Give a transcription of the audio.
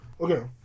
Okay